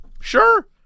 sure